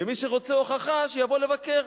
ומי שרוצה הוכחה, שיבוא לבקר.